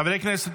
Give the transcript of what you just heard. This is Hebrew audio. חברי הכנסת,